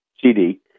CD